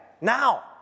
Now